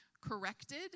corrected